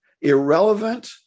Irrelevant